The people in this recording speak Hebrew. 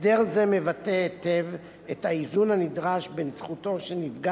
הסדר זה מבטא היטב את האיזון הנדרש בין זכותו של נפגע